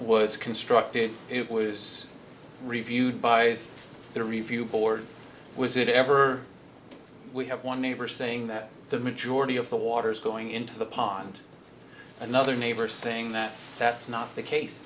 was constructed it was reviewed by the review board was it ever we have one neighbor saying that the majority of the water's going into the pond another neighbor saying that that's not the case